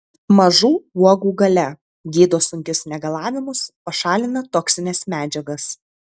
mažų uogų galia gydo sunkius negalavimus pašalina toksines medžiagas